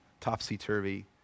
topsy-turvy